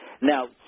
Now